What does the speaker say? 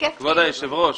כבוד היושב ראש,